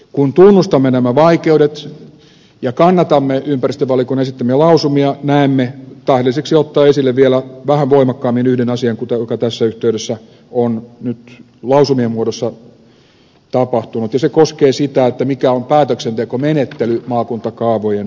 kun tunnustamme nämä vaikeudet ja kannatamme ympäristövaliokunnan esittämiä lausumia näemme tähdelliseksi ottaa esille vielä vähän voimakkaammin yhden asian joka tässä yhteydessä on nyt lausumien muodossa tapahtunut ja se koskee sitä mikä on päätöksentekomenettely maakuntakaavojen osalta